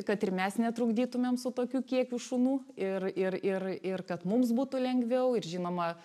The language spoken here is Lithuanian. kad ir mes netrukdytumėm su tokiu kiekiu šunų ir ir ir ir kad mums būtų lengviau ir žinoma